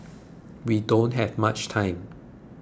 we don't have much time